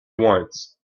once